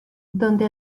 donde